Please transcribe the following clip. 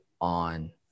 on